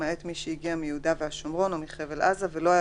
למעט מי שהגיע מיהודה והשומרון או מחבל עזה ולא היה